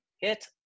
Hit